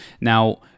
now